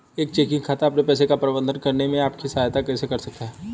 एक चेकिंग खाता आपके पैसे का प्रबंधन करने में आपकी सहायता कैसे कर सकता है?